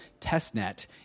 testnet